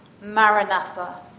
Maranatha